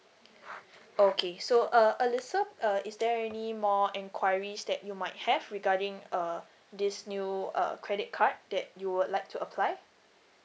okay so uh alisa uh is there any more enquiries that you might have regarding uh this new uh credit card that you would like to apply